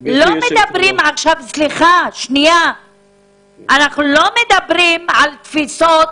אנחנו לא מדברים עכשיו על תפיסות